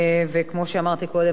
כמו שאמרתי קודם,